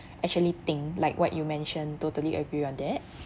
actually think like what you mentioned totally agree on that